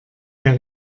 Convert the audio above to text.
der